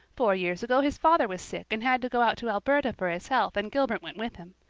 four years ago his father was sick and had to go out to alberta for his health and gilbert went with him.